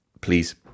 please